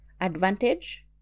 advantage